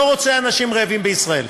לא רוצה אנשים רעבים בישראל,